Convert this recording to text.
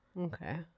Okay